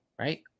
right